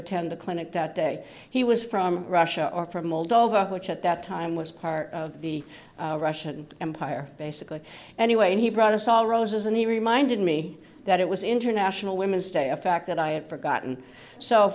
attend the clinic that day he was from russia or from moldova which at that time was part of the russian empire basically anyway and he brought us all roses and he reminded me that it was international women's day a fact that i had forgotten so